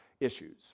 issues